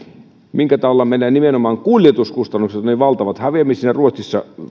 minkä tautta meillä nimenomaan kuljetuskustannukset ovat niin valtavat häviämme siinä